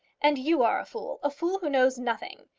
and you are a fool a fool who knows nothing.